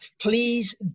please